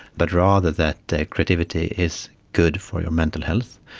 but rather that that creativity is good for your mental health,